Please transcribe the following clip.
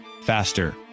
faster